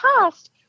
past